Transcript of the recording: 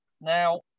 Now